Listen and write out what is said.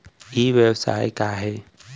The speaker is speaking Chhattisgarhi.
ई व्यवसाय का हे?